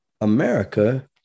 America